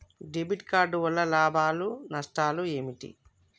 Debit card వల్ల లాభాలు నష్టాలు ఏమిటి?